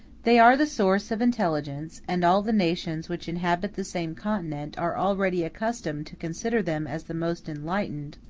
they are the source of intelligence, and all the nations which inhabit the same continent are already accustomed to consider them as the most enlightened,